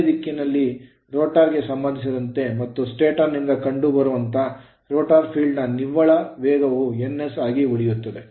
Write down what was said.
ಅದೇ ದಿಕ್ಕಿನಲ್ಲಿರುವ ರೋಟರ್ ಗೆ ಸಂಬಂಧಿಸಿದಂತೆ ಮತ್ತು ಸ್ಟಾಟರ್ ನಿಂದ ಕಂಡುಬರುವಂತೆ ರೋಟರ್ ಫೀಲ್ಡ್ ನ ನಿವ್ವಳ ವೇಗವು ns ಆಗಿ ಉಳಿಯುತ್ತದೆ